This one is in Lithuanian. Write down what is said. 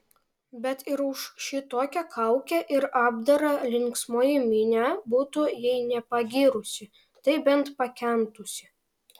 bet ir už šitokią kaukę ir apdarą linksmoji minia būtų jei ne pagyrusi tai bent pakentusi